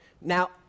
Now